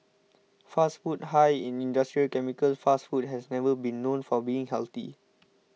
fast food high in industrial chemicals fast food has never been known for being healthy